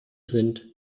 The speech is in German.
sind